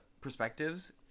perspectives